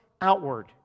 outward